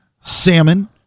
salmon